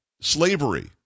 slavery